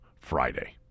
Friday